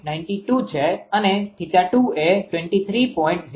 92 છે અને 𝜃2 એ 23